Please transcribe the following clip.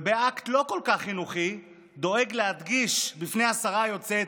ובאקט לא כל כך חינוכי דואג להדגיש בפני השרה היוצאת,